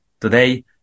today